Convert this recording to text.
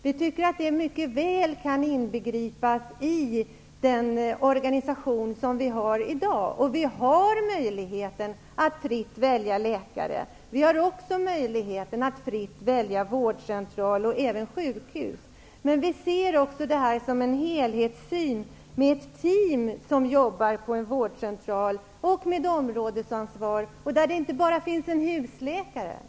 Vi tycker att det mycket väl kan inbegripas i den organisation som vi har i dag. Vi har möjligheten att fritt välja läkare. Vi har också möjligheten att fritt välja vårdcentral och även sjukhus. Men vi ser också detta som en helhet, med ett team som jobbar på en vårdcentral med områdesansvar. Där finns inte bara en husläkare.